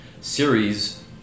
series